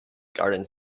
garden